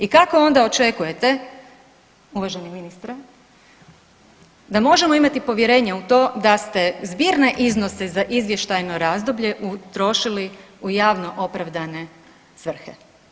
I kako onda očekujete uvaženi ministre da možemo imati povjerenje u to da ste zbirne iznose za izvještajno razdoblje utrošili u javno opravdane svrhe?